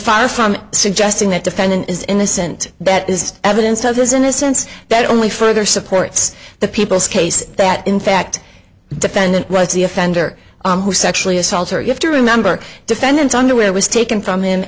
far from suggesting that defendant is innocent that is evidence of his innocence that only further supports the people's case that in fact the defendant was the offender who sexually assault her you have to remember defendant underwear was taken from him